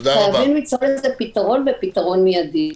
צריך למצוא פתרון מיידי.